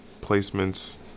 placements